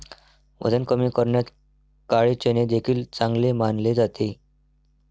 वजन कमी करण्यात काळे चणे देखील चांगले मानले जाते